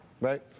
Right